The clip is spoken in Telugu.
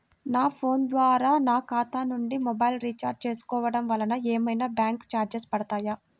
నా ఫోన్ ద్వారా నా ఖాతా నుండి మొబైల్ రీఛార్జ్ చేసుకోవటం వలన ఏమైనా బ్యాంకు చార్జెస్ పడతాయా?